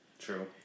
True